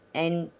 and,